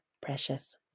precious